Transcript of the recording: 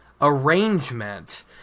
arrangement